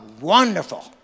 Wonderful